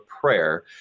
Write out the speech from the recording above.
prayer